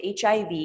HIV